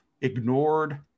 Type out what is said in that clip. ignored